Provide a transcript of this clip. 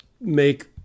make